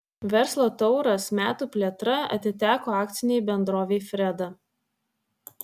verslo tauras metų plėtra atiteko akcinei bendrovei freda